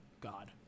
God